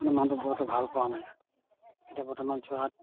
মানে মানুহটোৱে বৰ এটা ভাল পোৱা নাই এতিয়া বৰ্তমান যোৰহাট